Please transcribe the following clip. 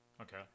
Okay